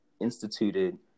instituted